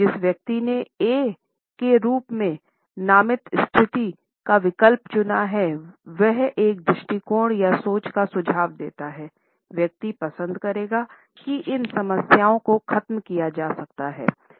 जिस व्यक्ति ने ए के रूप में नामित स्थिति का विकल्प चुना है वह एक दृष्टिकोण या सोच का सुझाव देता है व्यक्ति पसंद करेगा कि इन समस्याओं को ख़त्म किया जा सकता है